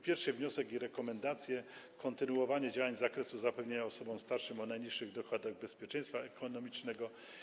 Pierwszy wniosek i rekomendacja dotyczą kontynuowania działań z zakresu zapewnienia osobom starszym o najniższych dochodach bezpieczeństwa ekonomicznego.